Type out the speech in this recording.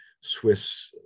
Swiss